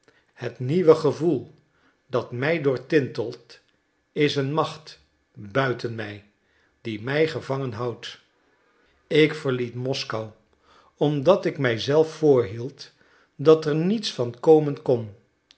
het nieuwe gevoel dat mij doortintelt is een macht buiten mij die mij gevangen houdt ik verliet moskou omdat ik mij zelf voorhield dat er niets van komen kon